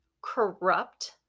corrupt